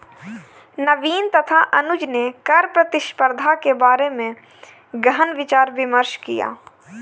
नवीन तथा अनुज ने कर प्रतिस्पर्धा के बारे में गहन विचार विमर्श किया